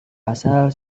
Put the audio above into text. asal